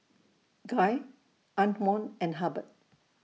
Guy Antwon and Hubbard